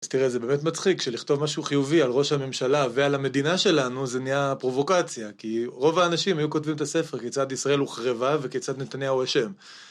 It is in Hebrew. אז תראה, זה באמת מצחיק, כשלכתוב משהו חיובי על ראש הממשלה ועל המדינה שלנו, זה נהיה פרובוקציה. כי רוב האנשים היו כותבים את הספר, כיצד ישראל הוחרבה וכיצד נתניהו אשם.